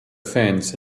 fence